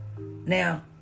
Now